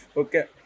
okay